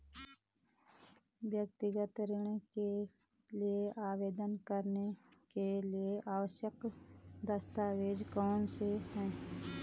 व्यक्तिगत ऋण के लिए आवेदन करने के लिए आवश्यक दस्तावेज़ कौनसे हैं?